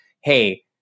hey